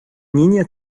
niña